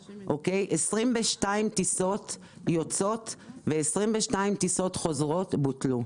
22 טיסות יוצאות ו-22 טיסות חוזרות בוטלו.